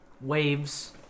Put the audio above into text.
waves